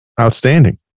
outstanding